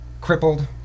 crippled